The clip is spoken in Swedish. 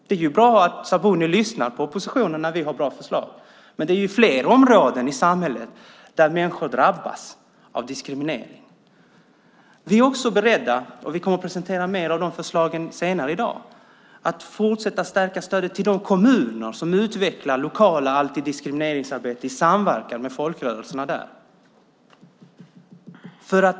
Det är bra att Sabuni lyssnar på oppositionen när vi har bra förslag. Det finns fler områden i samhället där människor drabbas av diskriminering. Vi är också beredda - och vi kommer att presentera mer av de förslagen senare i dag - att fortsätta att stärka stödet till de kommuner som utvecklar lokalt antidiskrimineringsarbete i samverkan med folkrörelserna där.